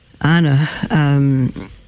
Anna